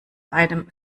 einem